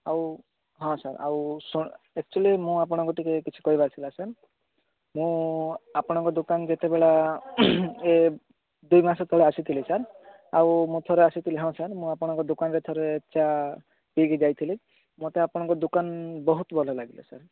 ଆଉ ହଁ ସାର୍ ଆଉ ଆକ୍ଚୁଆଲି ମୁଁ ଆପଣଙ୍କୁ ଟିକେ କିଛି କହିବାର ଥିଲା ସାର୍ ମୁଁ ଆପଣଙ୍କ ଦୋକାନ ଯେତେବେଳେ ଏ ଦୁଇ ମାସ ତଳେ ଆସିଥିଲି ସାର୍ ଆଉ ମୁଁ ଥରେ ଆସିଥିଲି ହଁ ମୁଁ ଆପଣଙ୍କ ଦୋକାନ ଥରେ ଚା' ପିଇଁକି ଯାଇଥିଲି ମୋତେ ଆପଣଙ୍କ ଦୋକାନ ବହୁତ ଭଲ ଲାଗିଲା ସାର୍